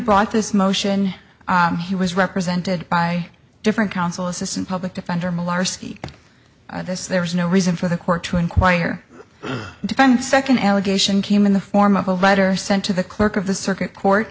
brought this motion he was represented by different counsel assistant public defender marcy this there is no reason for the court to inquire to find second allegation came in the form of a writer sent to the clerk of the circuit court